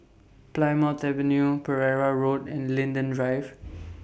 Plymouth Avenue Pereira Road and Linden Drive